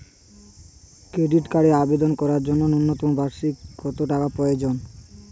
Credit কার্ডের আবেদন করার জন্য ন্যূনতম বার্ষিক কত টাকা প্রয়োজন?